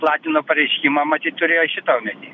platino pareiškimą matyt turėjo šitą omeny